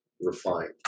refined